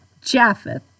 Japheth